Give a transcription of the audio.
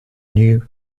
new